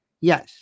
Yes